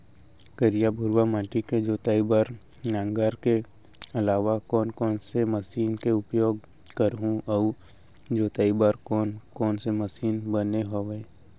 करिया, भुरवा माटी के जोताई बर नांगर के अलावा कोन कोन से मशीन के उपयोग करहुं अऊ जोताई बर कोन कोन से मशीन बने हावे?